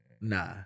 nah